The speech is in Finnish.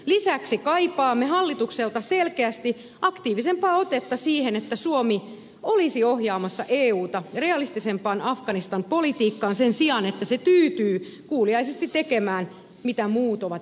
lisäksi kaipaamme hallitukselta selkeästi aktiivisempaa otetta siihen että suomi olisi ohjaamassa euta realistisempaan afganistan politiikkaan sen sijaan että se tyytyy kuuliaisesti tekemään mitä muut ovat jo päättäneet